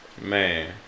Man